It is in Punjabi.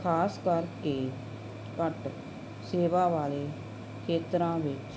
ਖਾਸ ਕਰਕੇ ਘੱਟ ਸੇਵਾ ਵਾਲੇ ਖੇਤਰਾਂ ਵਿੱਚ